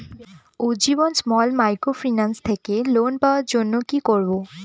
Ujjivan small microfinance থেকে loan পাওয়ার জন্য কি করব?